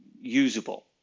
usable